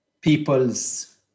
people's